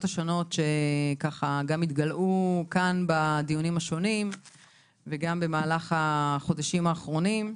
השונות שהתגלעו בדיונים השונים ובמהלך החודשים האחרונים.